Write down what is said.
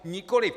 Nikoliv.